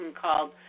called